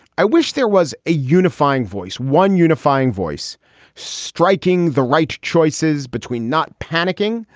i wish there was a unifying voice, one unifying voice striking the right choices between not panicking,